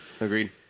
agreed